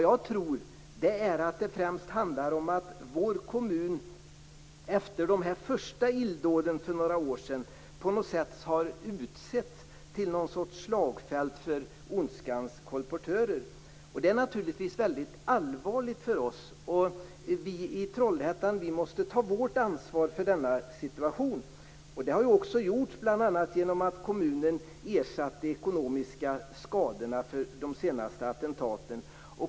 Jag tror att det främst handlar om att vår kommun, efter de första illdåden för några år sedan, på något sätt har utsetts till någon sorts slagfält för ondskans kolportörer. Det är naturligtvis väldigt allvarligt för oss. Vi i Trollhättan måste ta vårt ansvar för denna situation. Det har också gjorts bl.a. genom att kommunen ersatte de ekonomiska skadorna vid de senaste attentaten.